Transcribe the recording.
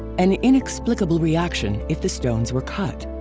an inexplicable reaction if the stones were cut,